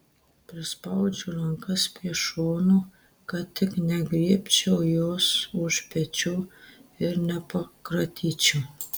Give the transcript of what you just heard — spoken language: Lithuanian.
prispaudžiu rankas prie šonų kad tik negriebčiau jos už pečių ir nepakratyčiau